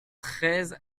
treize